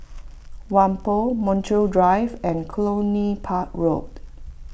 Whampoa Montreal Drive and Cluny Park Road